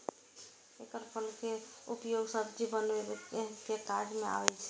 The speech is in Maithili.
एकर फल के उपयोग सब्जी बनबै के काज आबै छै